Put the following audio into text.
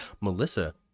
Melissa